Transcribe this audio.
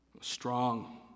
strong